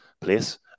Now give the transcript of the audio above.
place